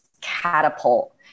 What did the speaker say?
catapult